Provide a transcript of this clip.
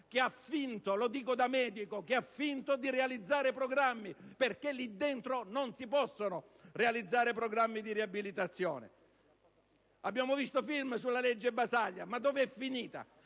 che ha finto - lo dico da medico - di realizzare programmi? Lì dentro, infatti, non si possono realizzare programmi di riabilitazione. Abbiamo visto film sulla legge Basaglia, ma dove è finita?